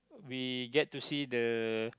we get to see the